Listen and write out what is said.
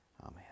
Amen